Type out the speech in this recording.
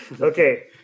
Okay